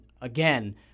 again